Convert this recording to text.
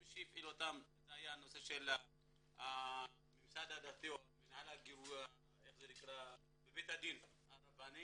מי שהפעיל אותם היה הממסד הדתי בבית הדין הרבני